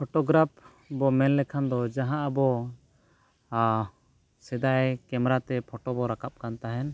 photograph ᱵᱚ ᱢᱮᱱ ᱞᱮᱠᱷᱟᱱ ᱫᱚ ᱡᱟᱦᱟᱸ ᱟᱵᱚ ᱥᱮᱫᱟᱭ ᱠᱮᱢᱮᱨᱟ ᱛᱮ ᱯᱷᱳᱴᱳ ᱵᱚᱱ ᱨᱟᱠᱟᱵ ᱠᱟᱱ ᱛᱟᱦᱮᱱ